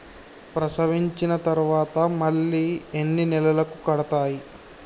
ప్రసవించిన తర్వాత మళ్ళీ ఎన్ని నెలలకు కడతాయి?